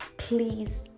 Please